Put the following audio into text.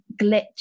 glitch